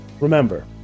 Remember